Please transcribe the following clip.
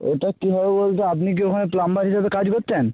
ওটা কী হবে বলতে আপনি কি ওখানে প্লাম্বার হিসাবে কাজ করতেন